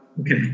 Okay